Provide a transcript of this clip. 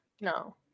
no